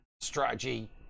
strategy